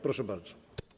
Proszę bardzo.